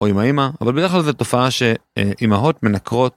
או עם האמא אבל בדרך כלל זו תופעה שאמהות מנקרות.